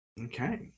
okay